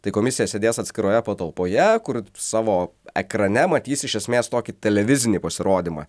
tai komisija sėdės atskiroje patalpoje kur savo ekrane matys iš esmės tokį televizinį pasirodymą